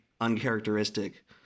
uncharacteristic